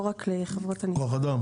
את מתכוונת לכוח אדם?